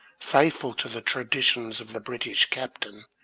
faithful to the traditions of the british captain,